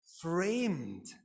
framed